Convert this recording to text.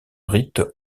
rite